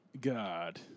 God